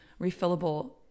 refillable